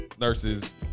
nurses